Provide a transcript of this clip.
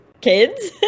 kids